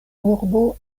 urbo